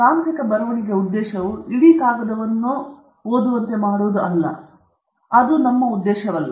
ತಾಂತ್ರಿಕ ಬರವಣಿಗೆಯ ಉದ್ದೇಶವು ಇಡೀ ಕಾಗದವನ್ನು ಓದುವಂತೆ ಮಾಡುವುದು ಅಲ್ಲ ಅದು ತಾಂತ್ರಿಕ ಬರವಣಿಗೆಯ ಉದ್ದೇಶವಲ್ಲ